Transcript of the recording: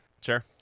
Sure